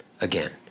again